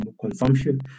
consumption